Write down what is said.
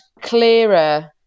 clearer